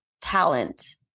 talent